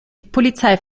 polizei